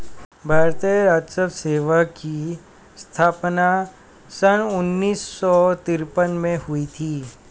भारतीय राजस्व सेवा की स्थापना सन उन्नीस सौ तिरपन में हुई थी